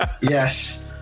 yes